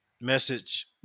message